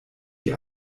die